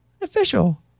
official